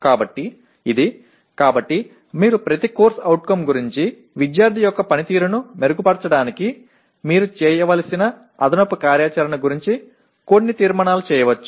కాబట్టి ఇది కాబట్టి మీరు ప్రతి CO గురించి విద్యార్థి యొక్క పనితీరును మెరుగుపరచడానికి మీరు చేయవలసిన అదనపు కార్యాచరణ గురించి కొన్ని తీర్మానాలు చేయవచ్చు